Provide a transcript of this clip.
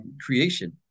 creation